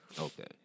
Okay